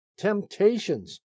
Temptations